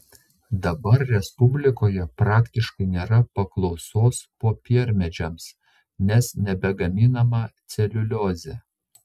dabar respublikoje praktiškai nėra paklausos popiermedžiams nes nebegaminama celiuliozė